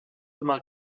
immer